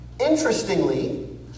interestingly